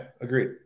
agreed